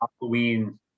Halloween